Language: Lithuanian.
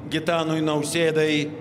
gitanui nausėdai